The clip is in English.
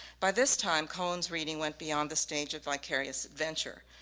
by this time cohen's reading went beyond the stage of vicarious adventure.